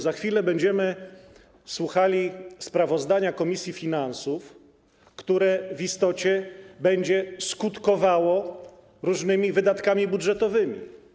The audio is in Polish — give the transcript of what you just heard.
Za chwilę będziemy słuchali sprawozdania komisji finansów, które w istocie będzie skutkowało różnymi wydatkami budżetowymi.